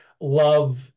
love